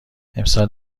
امسال